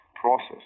process